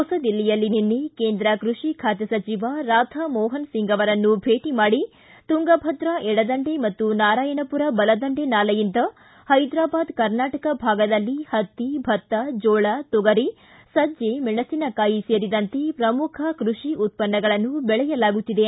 ಹೊಸದಿಲ್ಲಿಯಲ್ಲಿ ನಿನ್ನೆ ಕೇಂದ್ರ ಕೃಷಿ ಖಾತೆ ಸಚಿವ ರಾಧಾ ಮೋಪನಸಿಂಗ್ ಅವರನ್ನು ಭೇಟಿ ಮಾಡಿ ತುಂಗಭದ್ರಾ ಎಡದಂಡೆ ಮತ್ತು ನಾರಾಯಣಪುರ ಬಲದಂಡೆ ನಾಲೆಯಿಂದ ಹೈದರಾಬಾದ್ ಕರ್ನಾಟಕ ಭಾಗದಲ್ಲಿ ಪತ್ತಿ ಭಕ್ತ ಜೋಳ ತೊಗರಿ ಸಜ್ಜೆ ಮೆಣಸಿನಕಾಯಿ ಸೇರಿದಂತೆ ಪ್ರಮುಖ ಕೃಷಿ ಉತ್ಪನ್ನಗಳನ್ನು ಬೆಳೆಯಲಾಗುತ್ತಿದೆ